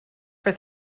for